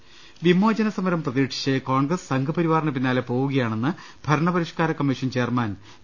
ദൃഭ വിമോചന സമരം പ്രതീക്ഷിച്ച് കോൺഗ്രസ് സംഘ്പരിവാറിന് പിന്നാലെ പോവുകയാണെന്ന് ഭരണപരിഷ്കാര കമ്മീഷൻ ചെയർമാൻ വി